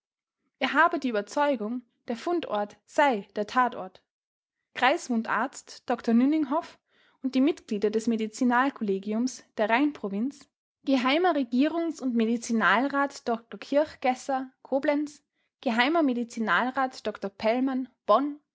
er habe die überzeugung der fundort sei der tatort kreiswundarzt dr nünninghoff und die mitglieder des medizinalkollegiums der rheinprovinz geh regierungs und medizinalrat dr kirchgässer koblenz geh medizinalrat dr